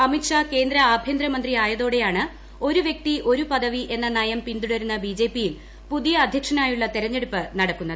അമിത് ഷാ കേന്ദ്ര ആഭ്യന്തരമന്ത്രിയായതോടെയാണ് ഒരു വ്യക്തി ഒരു പദവി എന്ന നയം പിൻതുടരുന്ന ബിജെപി യിൽ പുതിയ അദ്ധ്യക്ഷനായുള്ള തെരഞ്ഞെടുപ്പ് നടക്കുന്നത്